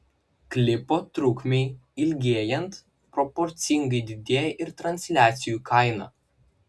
klipo trukmei ilgėjant proporcingai didėja ir transliacijų kaina